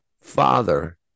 father